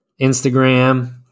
Instagram